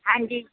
ਹਾਂਜੀ